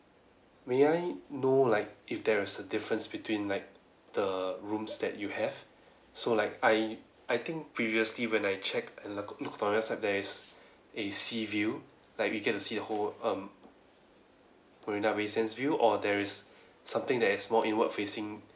may I know like if there is a difference between like the rooms that you have so like I I think previously when I checked and I looked on the website like there is a sea view like we can see the whole um marina bay sands view or there is something that is more inward facing